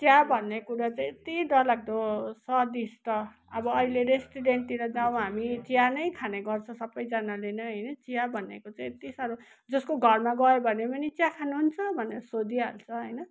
चिया भन्ने कुरा चाहिँ यति डर लाग्दो स्वादिष्ट अब अहिले रेस्टुरेन्टतिर जाउँँ हामी चिया नै खाने गर्छ सबैजानाले नै होइन चिया भनेको चाहिँ यति साह्रो जसको घरमा गयो भने पनि चिया खानु हुन्छ भनेर सोधिहाल्छ होइन